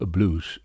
Blues